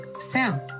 sound